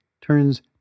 turns